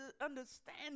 understand